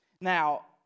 Now